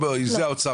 למה השתנה?